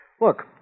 Look